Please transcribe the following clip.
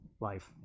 life